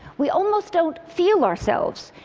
we almost don't feel ourselves.